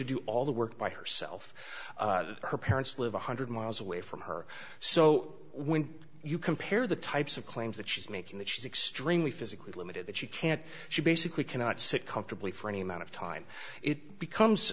to do all the work by herself her parents live one hundred miles away from her so when you compare the types of claims that she's making that she's extremely physically limited that she can't she basically cannot sit comfortably for any amount of time it becomes